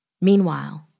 Meanwhile